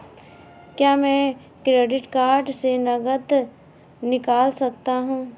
क्या मैं credit card से नकद निकाल सकता हूँ?